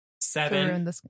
Seven